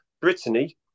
Brittany